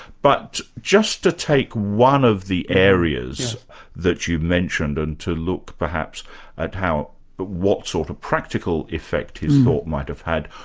but just to take one of the areas that you mentioned, and to look perhaps at but what sort of practical effect his thought might have had,